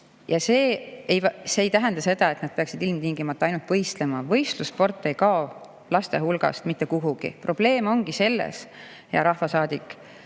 See ei tähenda seda, et nad peaksid ilmtingimata ainult võistlema. Võistlussport ei kao laste hulgast mitte kuhugi. Probleem ongi selles, hea rahvasaadik,